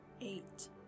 eight